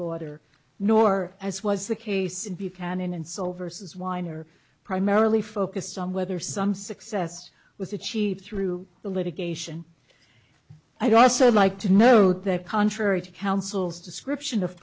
order nor as was the case canon and so vs weiner primarily focused on whether some success with achieved through the litigation i don't like to know that contrary to counsel's description of